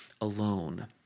alone